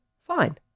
fine